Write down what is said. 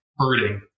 hurting